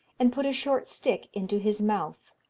and put a short stick into his mouth.